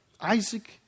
Isaac